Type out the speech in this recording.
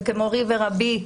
וכמורי ורבי,